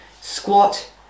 squat